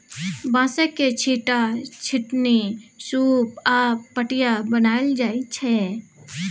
बाँसक, छीट्टा, छितनी, सुप आ पटिया बनाएल जाइ छै